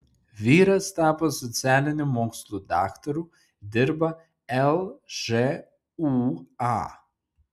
vyras tapo socialinių mokslų daktaru dirba lžūa